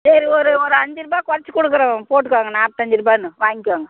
சரி ஒரு ஒரு அஞ்சிரூபா குறைச்சி கொடுக்குறோம் போட்டுக்கோங்கள் நாற்பாத்தஞ்சிருபான்னு வாங்கிக்கோங்கள்